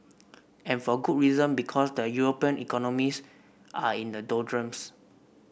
and for good reason because the European economies are in the doldrums